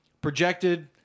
projected